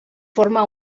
forma